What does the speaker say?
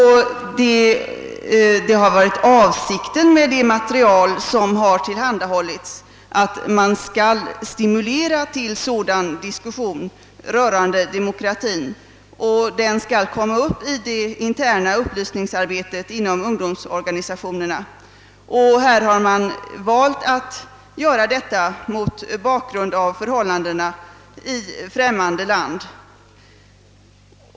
Avsikten med det material som det här gäller har just varit att stimulera till sådan diskussion rörande demokratin i det interna upp lysningsarbetet inom ungdomsorganisationerna, och i detta fall har man valt att göra det mot bakgrunden av förhållandena i främmande land.